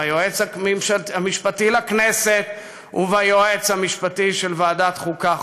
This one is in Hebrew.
ביועץ המשפטי לכנסת וביועץ המשפטי של ועדת החוקה,